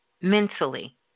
mentally